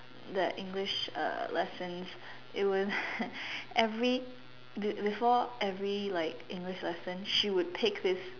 the English uh lessons it would every be~ before every like English lesson she would pick this